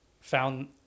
found